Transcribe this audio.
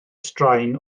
straen